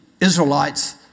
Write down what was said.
Israelites